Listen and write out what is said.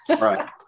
Right